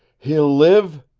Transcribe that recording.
he'll live?